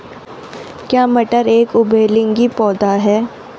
क्या मटर एक उभयलिंगी पौधा है?